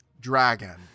dragon